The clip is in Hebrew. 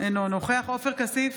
אינו נוכח עופר כסיף,